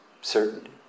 certainty